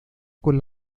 con